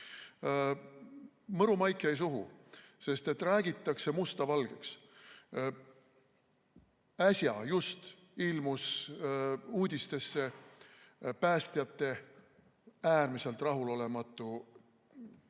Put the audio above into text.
mõru maik jäi suhu, sest räägitakse musta valgeks. Äsja just ilmus uudistesse päästjate äärmiselt rahulolematu kiri